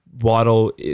Waddle